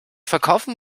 verkaufen